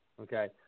Okay